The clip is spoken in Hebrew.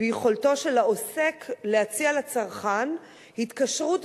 ביכולתו של העוסק להציע לצרכן התקשרות